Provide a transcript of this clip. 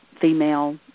female